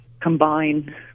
combine